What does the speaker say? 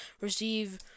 receive